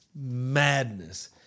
madness